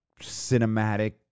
cinematic